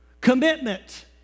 commitment